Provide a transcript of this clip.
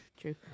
True